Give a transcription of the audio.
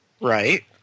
Right